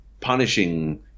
punishing